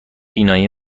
بینایی